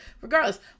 regardless